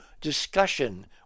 discussion